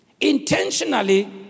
Intentionally